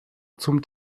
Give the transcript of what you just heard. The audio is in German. zum